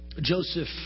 Joseph